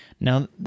Now